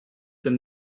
than